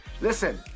Listen